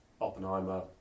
Oppenheimer